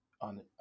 On